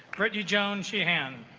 brittany jones sheehan